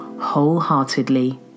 wholeheartedly